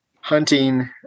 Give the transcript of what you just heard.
hunting